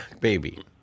baby